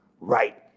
right